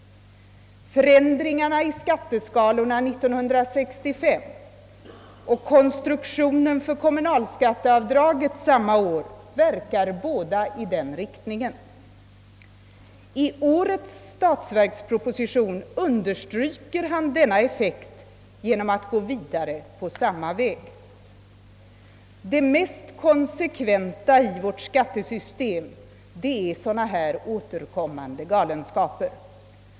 Förändringarna i skatteskalorna 1965 och konstruktionen för kommunalskatteavdraget samma år verkar båda i den riktningen. I årets statsverksproposition understryker finansministern denna effekt genom att gå vidare på samma väg. Det mest konsekventa i vårt skattesystem är sådana här återkommande galenskaper.